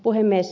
puhemies